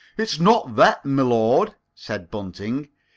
it is not that, m'lord, said bunting.